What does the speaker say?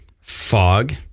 fog